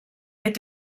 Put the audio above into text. mit